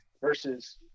versus